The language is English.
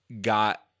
got